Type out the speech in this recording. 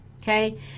okay